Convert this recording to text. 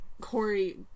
Corey